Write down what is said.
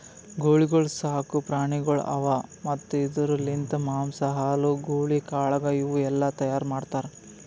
ಗೂಳಿಗೊಳ್ ಸಾಕು ಪ್ರಾಣಿಗೊಳ್ ಅವಾ ಮತ್ತ್ ಇದುರ್ ಲಿಂತ್ ಮಾಂಸ, ಹಾಲು, ಗೂಳಿ ಕಾಳಗ ಇವು ಎಲ್ಲಾ ತೈಯಾರ್ ಮಾಡ್ತಾರ್